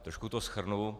Trošku to shrnu.